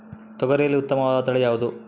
ತೊಗರಿಯಲ್ಲಿ ಉತ್ತಮವಾದ ತಳಿ ಯಾವುದು?